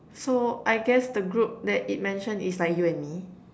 so I guess the group that it mention is like you and me